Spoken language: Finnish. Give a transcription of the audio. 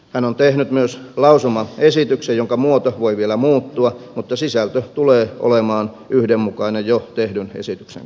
hän on tehnyt myös lausumaesityksen jonka muoto voi vielä muuttua mutta sisältö tulee olemaan yhdenmukainen jo tehdyn esityksen kanssa